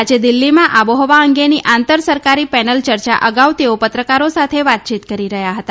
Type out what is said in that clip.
આજે દિલ્હીમાં આબોહવા અંગેની આંતર સરકારી પેનલ ચર્ચા અગાઉ તેઓ પત્રકારો સાથે વાતચીત કરી રહયાં હતા